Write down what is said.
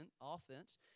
offense